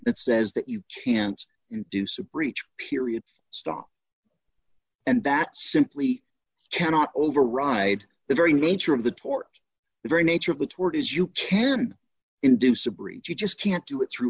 that says that you can't induce a breach periods stop and that simply cannot override the very nature of the tort the very nature of the tort is you can induce a breach you just can't do it through